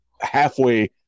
halfway